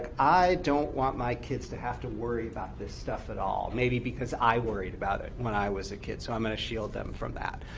i don't want my kids to have to worry about this stuff at all, maybe because i worried about it when i was a kid, so i'm going to shield them from that.